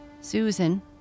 Susan